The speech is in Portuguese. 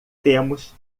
temos